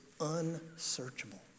unsearchable